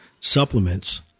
supplements